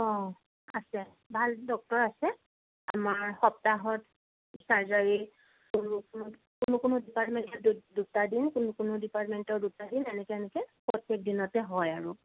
অঁ আছে আছে ভাল ডক্তৰ আছে আমাৰ সপ্তাহত চাৰ্জাৰী কোনো কোনো কোনো কোনো ডিপাৰ্টমেন্টত দুটা দিন কোনো কোনো ডিপাৰ্টমেন্টৰ দুটা দিন এনেকে এনেকে প্ৰত্যেক দিনতে হয় আৰু